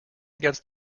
against